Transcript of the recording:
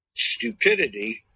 stupidity